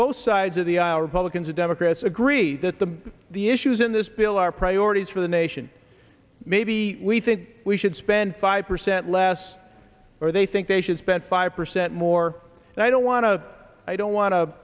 both sides of the republicans and democrats agree that the the issues in this bill are priorities for the nation maybe we think we should spend five percent less or they think they should spend five percent more and i don't want to i don't want to